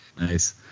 Nice